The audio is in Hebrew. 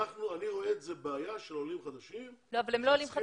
אני רואה את זה כבעיה של עולים חדשים שצריכים